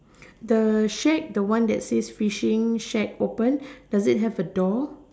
the shack the one that says fish shack open does it have a door